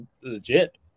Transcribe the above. legit